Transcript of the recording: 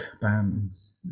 bands